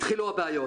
התחילו הבעיות.